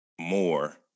more